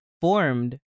formed